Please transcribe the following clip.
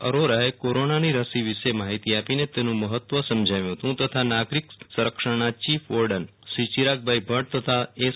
અરોરાએ કોરોનાની રસી વિશે માહિતી આપીને તેનું મહત્વ સમજાવ્યું હતું તથા નાગરિક સંરક્ષણના ચીફ વોડર્નશ્રી ચિરાગભાઇ ભટૃ તથા એસ